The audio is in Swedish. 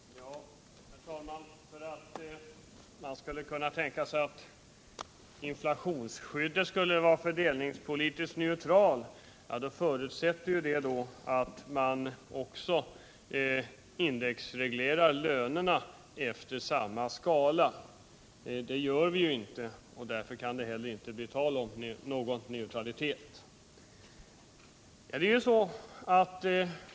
Herr talman! Om man skulle kunna tänka sig att inflationsskyddet skulle vara fördelningspolitiskt neutralt förutsätter det att man också indexreglerar lönerna efter samma skala. Det gör vi inte och därför kan det inte heller bli tal om någon neutralitet.